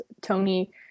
Tony